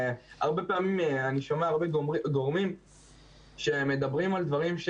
הרבה פעמים אני שומע הרבה גורמים שמדברים על דברים,